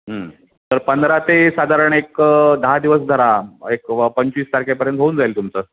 तर पंधरा ते साधारण एक दहा दिवस धरा एक व पंचवीस तारखेपर्यंत होऊन जाईल तुमचं